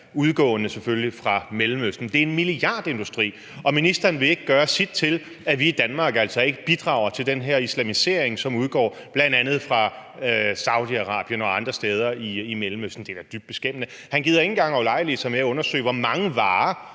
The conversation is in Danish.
og som selvfølgelig udgår fra Mellemøsten. Det er en milliardindustri. Og ministeren vil altså ikke gøre sit til, at vi i Danmark ikke bidrager til den her islamisering, som bl.a. udgår fra Saudi-Arabien og andre steder i Mellemøsten. Det er da dybt beskæmmende. Han gider ikke engang ulejlige sig med at undersøge, hvor mange varer